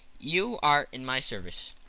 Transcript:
you are in my service.